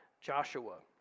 Joshua